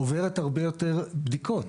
עוברת הרבה יותר בדיקות,